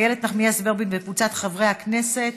איילת נחמיאס ורבין וקבוצת חברי הכנסת.